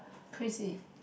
crazy